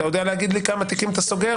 יודע להגיד לי כמה תיקים אתה סוגר?